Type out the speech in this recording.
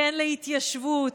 כן להתיישבות,